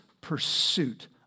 pursuit